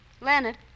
Leonard